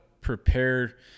prepare